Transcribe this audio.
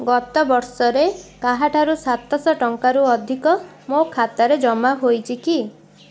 ଗତ ବର୍ଷରେ କାହାଠାରୁ ସାତଶହ ଟଙ୍କାରୁ ଅଧିକ ମୋ ଖାତାରେ ଜମା ହୋଇଛି କି